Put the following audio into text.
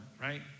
right